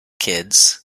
kids